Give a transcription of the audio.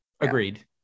agreed